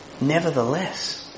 Nevertheless